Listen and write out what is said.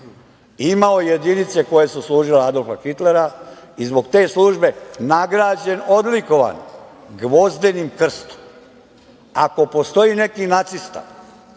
imao jedinice koje su služile Adolfa Hitlera i zbog te službe je nagrađen i odlikovan Gvozdenim krstom. Ako postoji neki nacista